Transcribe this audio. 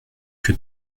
que